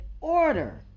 order